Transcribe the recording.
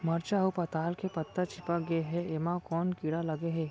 मरचा अऊ पताल के पत्ता चिपक गे हे, एमा कोन कीड़ा लगे है?